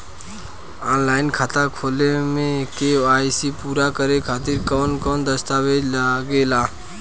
Online खाता खोले में के.वाइ.सी पूरा करे खातिर कवन कवन दस्तावेज लागे ला?